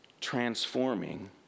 transforming